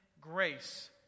grace